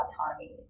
autonomy